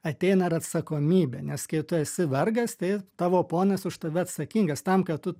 ateina ir atsakomybė nes kai tu esi vergas tai tavo ponas už tave atsakingas tam kad tu